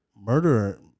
Murder